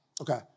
Okay